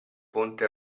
ponte